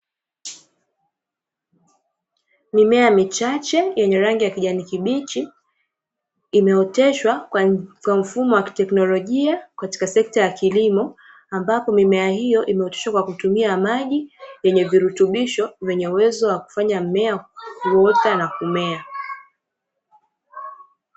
Mimea michache yenye rangi ya kijani kibichi, imeoteshwa kwa mfumo wa kiteknolojia katika sekta ya kilimo, ambapo mimea hiyo imeoteshwa kwa kutumia maji, yenye virutubisho vyenye uwezo wa kufanya mmea kuota na kumea.